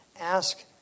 ask